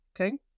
okay